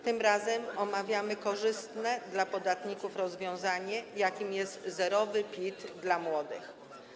Tym razem omawiamy korzystne dla podatników rozwiązanie, jakim jest zerowy PIT dla młodych.